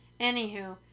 Anywho